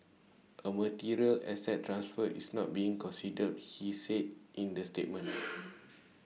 A material asset transfer is not being considered he said in the statement